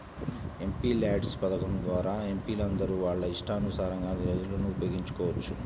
MPLADS పథకం ద్వారా ఎంపీలందరూ వాళ్ళ ఇష్టానుసారం నిధులను ఉపయోగించుకోవచ్చు